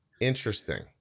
interesting